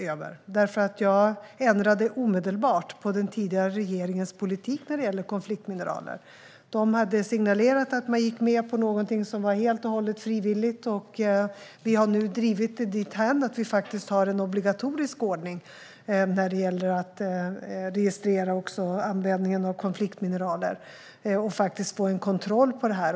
Jag ändrade nämligen omedelbart på den tidigare regeringens politik när det gäller konfliktmineraler. De hade signalerat att man gick med på något som var helt och hållet frivilligt. Vi har nu drivit det dithän att vi har en obligatorisk ordning när det gäller att registrera användningen av konfliktmineraler för att få kontroll på det.